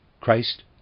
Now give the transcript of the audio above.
Christ